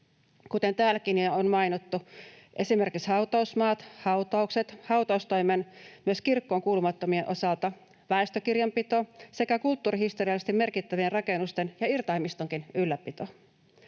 kuten täälläkin jo on mainittu esimerkiksi hautausmaat, hautaukset, hautaustoimi, myös kirkkoon kuulumattomien osalta, väestökirjanpito sekä kulttuurihistoriallisesti merkittävien rakennusten ja irtaimistonkin ylläpito.